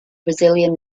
brazilian